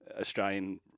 Australian